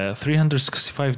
365